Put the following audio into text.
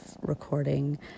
recording